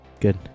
Good